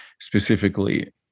specifically